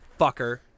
Fucker